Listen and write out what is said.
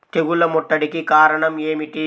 తెగుళ్ల ముట్టడికి కారణం ఏమిటి?